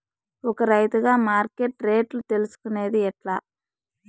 ఒక రైతుగా మార్కెట్ రేట్లు తెలుసుకొనేది ఎట్లా?